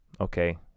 okay